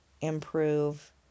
improve